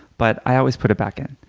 but i always put it back in.